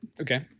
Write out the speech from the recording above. Okay